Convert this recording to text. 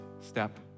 step